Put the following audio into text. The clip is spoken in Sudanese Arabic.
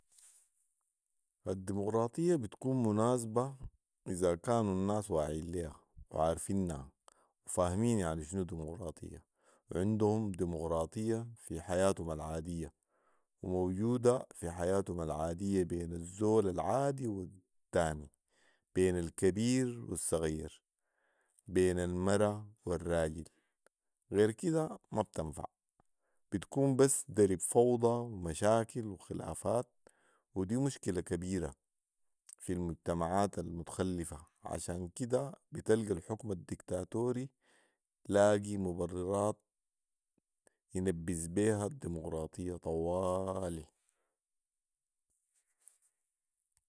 الديمقراطية بتكون مناسبه اذا كانوا الناس واعيين ليها وعارفنها وفاهمين يعني شنو ديمقراطيه وعندهم ديمقراطيه في حياتهم العاديه وموجوده في حياتهم العاديه بين الزول العادي والتاني بين الكبير والصغير بين المره والراجل غير كده ما بتنفع بتكون بس درب فوضي ومشاكل و خلافات ودي مشكله كبيره في المجتمعات المتخلفه عشان كده بتلقي الحكم الدكتاتوري لاقي مبررات ينبز بيها الديمقراطيه طوآلي